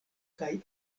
kaj